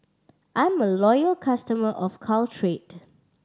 I am a loyal customer of Caltrate